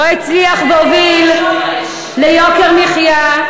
לא הצליח והוביל ליוקר מחיה,